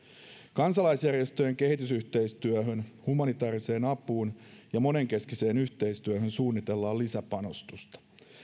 kansalaisjärjestöjen kehitysyhteistyöhön humanitääriseen apuun ja monenkeskiseen yhteistyöhön suunnitellaan lisäpanostusta